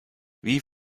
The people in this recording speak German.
wie